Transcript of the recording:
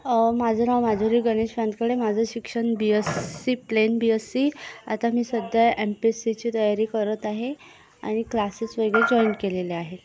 माझं नाव माधुरी गणेश वानखेडे माझं शिक्षण B Sc plain B Sc आता मी सध्या एम पी एस सीची तयारी करत आहे आणि क्लासेस वगैरे जॉईन केलेले आहेत